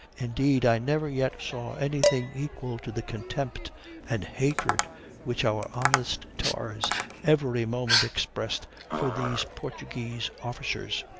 indeed, i never yet saw anything equal to the contempt and hatred which our honest tars every moment expressed for these portuguese officers.